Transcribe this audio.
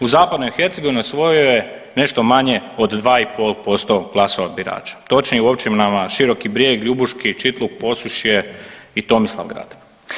U Zapadnoj Hercegovini osvojio je nešto manje od 2,5% glasova birača, točnije u općinama Široki Brijeg, Ljubuški, Čitluk, Posušje i Tomislavgrad.